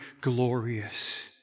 glorious